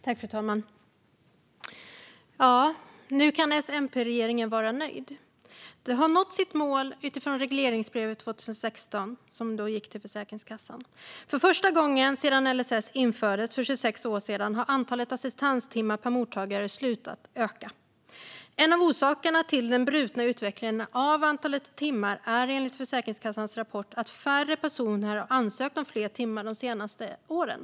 Fru talman! Nu kan S-MP-regeringen vara nöjd. De har nått sitt mål i regleringsbrevet till Försäkringskassan 2016. För första gången sedan LSS infördes för 26 år sedan har antalet assistanstimmar per mottagare slutat öka. En av orsakerna till den brutna utvecklingen av antalet timmar är enligt Försäkringskassans rapport att färre personer har ansökt om fler timmar de senaste åren.